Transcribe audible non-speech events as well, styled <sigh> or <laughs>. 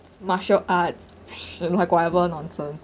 martial arts <laughs> like whatever nonsense